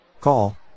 Call